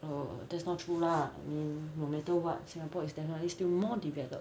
err that's not true lah no matter what singapore is definitely still more developed